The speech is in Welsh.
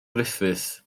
gruffudd